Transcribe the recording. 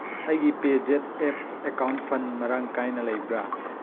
ꯑꯩꯒꯤ ꯄꯦꯖꯦꯠ app account phone ꯃꯔꯥꯡ ꯀꯥꯏꯅ ꯂꯩꯕ꯭ꯔꯥ